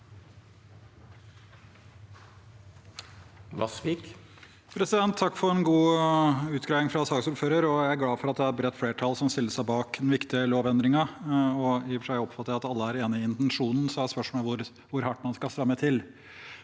Takk for en god utgrei- ing fra saksordføreren. Jeg er glad for at det er et bredt flertall som stiller seg bak den viktige lovendringen. I og for seg oppfatter jeg at alle er enige i intensjonen. Spørsmålet er hvor hardt man skal stramme til.